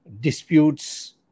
disputes